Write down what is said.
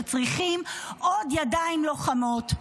שצריכים עוד ידיים לוחמות.